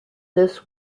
this